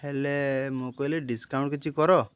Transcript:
ହେଲେ ମୁଁ କହିଲି ଡିସ୍କାଉଣ୍ଟ୍ କିଛି କର